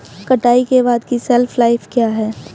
कटाई के बाद की शेल्फ लाइफ क्या है?